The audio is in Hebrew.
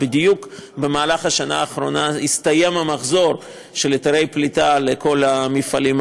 ובדיוק במהלך השנה האחרונה הסתיים המחזור של היתרי פליטה לכל המפעלים,